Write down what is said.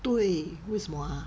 对为什么 ah